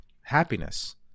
happiness